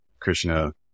krishna